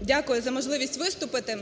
Дякую за можливість виступити.